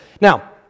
Now